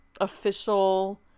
official